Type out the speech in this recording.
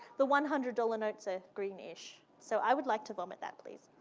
the one hundred dollars notes are green-ish. so i would like to vomit that, please.